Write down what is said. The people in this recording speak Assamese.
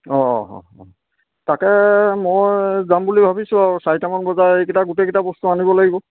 অঁ অঁ অঁ অঁ তাকে মই যাম বুলি ভাবিছোঁ আৰু চাৰিটামান বজাই এইকিটা গোটেইকেইটা বস্তু আনিব লাগিব